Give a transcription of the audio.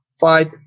fight